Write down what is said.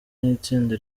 n’itsinda